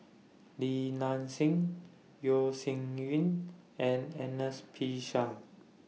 Li Nanxing Yeo Shih Yun and Ernest P Shanks